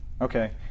Okay